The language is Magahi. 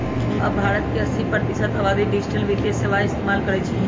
अब भारत के अस्सी प्रतिशत आबादी डिजिटल वित्तीय सेवाएं इस्तेमाल करई छई